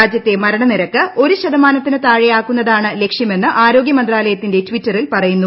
രാജ്യത്തെ മരണ നിരക്ക് ഒരു ശതമാനത്തിന് താഴെ ആക്കുന്നതാണ് ലക്ഷ്യമെന്ന് ആരോഗ്യ മന്ത്രാലയത്തിന്റെ ട്ടിറ്ററീൽ പറയുന്നു